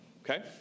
Okay